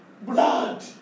blood